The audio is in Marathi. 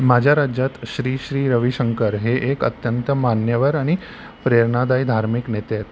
माझ्या राज्यात श्री श्री रविशंकर हे एक अत्यंत मान्यवर आणि प्रेरणादायी धार्मिक नेते आहेत